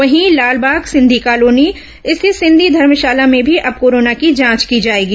वहीं लालबाग सिंधी कॉलोनी स्थित सिंधी धर्मशाला में भी अब कोरोना की जांच की जाएगी